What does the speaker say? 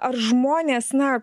ar žmonės na